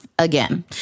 Again